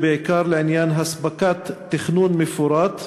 ובעיקר לעניין אספקת תכנון מפורט,